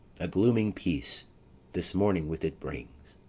a glooming peace this morning with it brings.